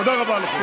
תודה רבה לכם.